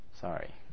Sorry